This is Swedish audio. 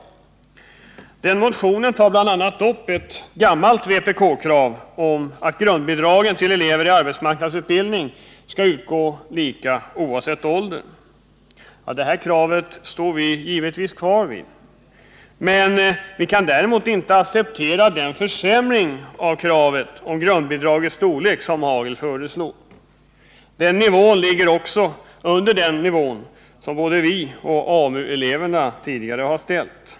I den motionen tar man bl.a. upp ett gammalt vpk-krav om att grundbidragen till elever i arbetsmarknadsutbildning skall utgå lika oavsett ålder. Detta krav står vi givetvis kvar vid men kan inte acceptera den försämring av kravet beträffande grundbidragets storlek som Rolf Hagel föreslår. Den i motionen föreslagna nivån ligger också under den nivå som både vi och AMU-eleverna tidigare har krävt.